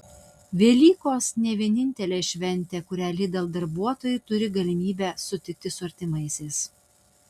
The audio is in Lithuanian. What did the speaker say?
velykos ne vienintelė šventė kurią lidl darbuotojai turi galimybę sutikti su artimiausiais